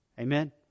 Amen